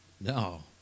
No